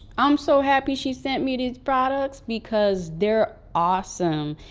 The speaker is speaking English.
i'm so happy she sent me these products because they're awesome.